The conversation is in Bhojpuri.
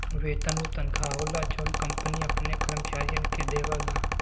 वेतन उ तनखा होला जौन कंपनी अपने कर्मचारियन के देवला